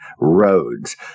roads